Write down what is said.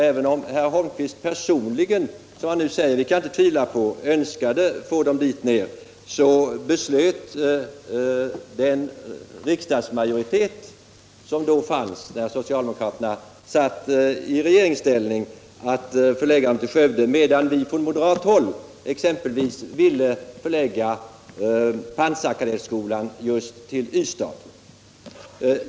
Även om herr Holmqvist personligen, som han nu säger — och det tvivlar jag inte på — önskade få skolorna förlagda till Skåne så beslöt den riksdagsmajoritet som fanns då socialdemokraterna satt i regeringsställning att förlägga den till Skövde, medan vi från moderat håll exempelvis ville förlägga pansarkadettskolan just till Ystad.